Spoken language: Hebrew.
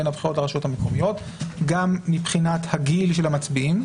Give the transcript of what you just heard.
הבחירות לרשויות המקומיות גם מבחינת הגיל של המצביעים,